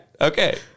Okay